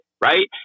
right